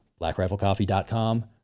BlackRifleCoffee.com